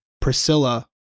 Priscilla